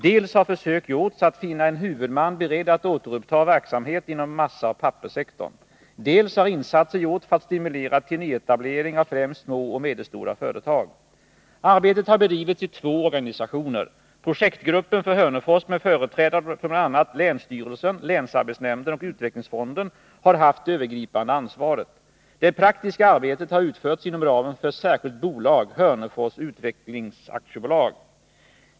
Dels har försök gjorts att finna en huvudman beredd att återuppta verksamhet inom massaoch papperssektorn, dels har insatser gjorts för att stimulera till nyetablering av främst små och medelstora företag. Arbetet har bedrivits i två organisationer. Projektgruppen för Hörnefors, med företrädare för bl.a. länsstyrelsen, länsarbetsnämnden och utvecklingsfonden, har haft det övergripande ansvaret. Det praktiska arbetet har utförts inom ramen för ett särskilt bolag, Hörnefors Utveckling AB.